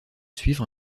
suivre